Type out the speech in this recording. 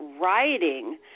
writing